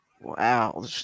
Wow